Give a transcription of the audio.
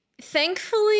thankfully